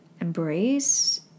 embrace